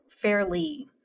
fairly